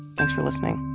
thanks for listening